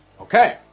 okay